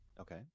okay